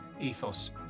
ethos